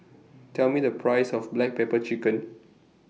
Tell Me The Price of Black Pepper Chicken